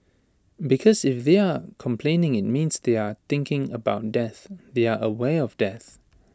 because if they are complaining IT means they are thinking about death they are aware of death